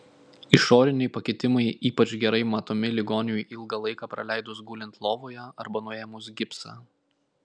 išoriniai pakitimai ypač gerai matomi ligoniui ilgą laiką praleidus gulint lovoje arba nuėmus gipsą